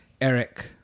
Eric